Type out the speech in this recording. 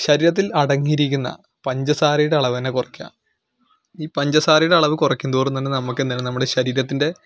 ശരീരത്തിൽ അടങ്ങിയിരിക്കുന്ന പഞ്ചസാരയുടെ അളവ് തന്നെ കുറയ്ക്കുക ഈ പഞ്ചസാരയുടെ അളവ് കുറയ്ക്കും തോറും തന്നെ നമുക്ക് തന്നെയാണ് നമ്മുടെ ശരീരത്തിൻ്റെ